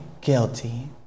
guilty